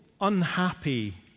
unhappy